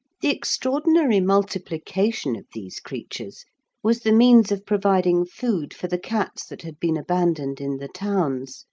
the extraordinary multiplication of these creatures was the means of providing food for the cats that had been abandoned in the towns,